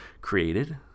created